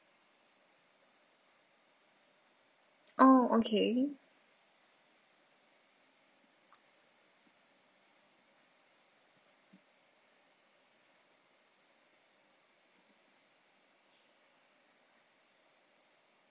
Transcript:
oh okay